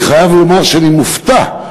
אני חייב לומר שאני מופתע,